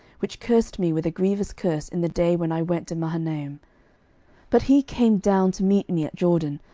which cursed me with a grievous curse in the day when i went to mahanaim but he came down to meet me at jordan,